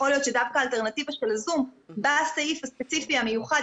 יכול להיות שדווקא האלטרנטיבה של "הזום" בסעיף הספציפי המיוחד,